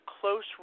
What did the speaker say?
close